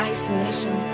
Isolation